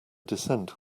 descent